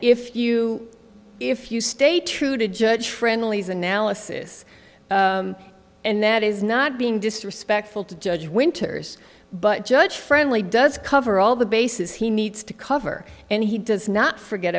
if you if you stay true to judge friendly's analysis and that is not being disrespectful to judge winters but judge friendly does cover all the bases he needs to cover and he does not forget